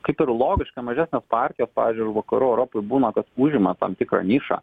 kaip ir logiška mažesnės partijos pavyzdžiui ir vakarų europoj būna kad užima tam tikrą nišą